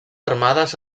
armades